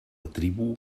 tribu